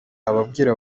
ababwira